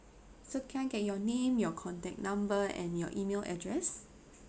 so can I get your name your contact number and your email address